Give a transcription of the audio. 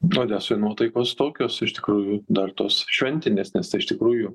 odesoj nuotaikos tokios iš tikrųjų dar tos šventinės nes iš tikrųjų